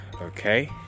Okay